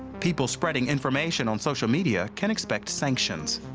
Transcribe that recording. people spreading information on social media can expect sanctions.